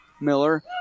Miller